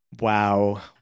wow